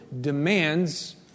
demands